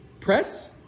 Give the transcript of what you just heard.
press